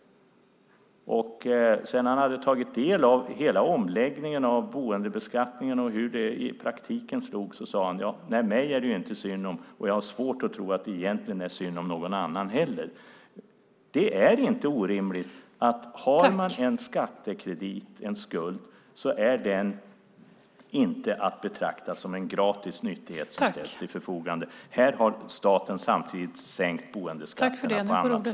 Sedan han hade tagit del av hela omläggningen av boendebeskattningen och hur det slog i praktiken sade han: Mig är det ju inte synd om, och jag har svårt att tro att det egentligen är synd om någon annan heller. Det är inte orimligt att en skattekredit inte är att betrakta som en gratis nyttighet som ställs till förfogande. Staten har samtidigt sänkt boendeskatterna på annat sätt.